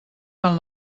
fan